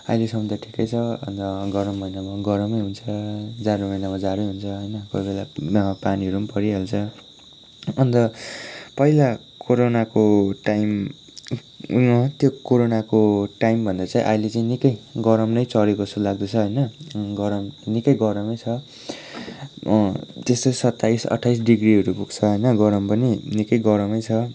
अहिलेसम्म त ठिकै छ अन्त गरम महिनामा गरमै हुन्छ जाडो महिनामा जाडै हुन्छ होइन कोही बेला ना पानीहरू पनि परिहाल्छ अन्त पहिला कोरोनाको टाइम त्यो कोरोनाको टाइमभन्दा चाहिँ अहिले चाहिँ निकै गरम नै चढेको छ जस्तो लाग्दैछ होइन गरम निकै गरमै छ अँ त्यस्तै सत्ताइस अट्ठाइस डिग्रीहरू पुग्छ होइन गरम पनि निकै गरमै छ